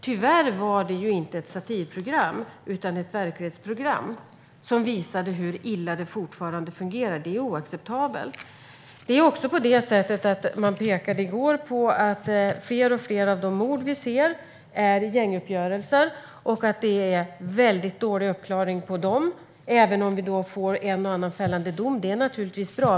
Tyvärr var det inte ett satirprogram utan ett verklighetsprogram, som visade hur illa det fortfarande fungerar. Det är oacceptabelt. Man pekade också i går på att fler och fler av de mord vi ser är gänguppgörelser och att väldigt få av dem klaras upp, även om vi får en och annan fällande dom, vilket naturligtvis är bra.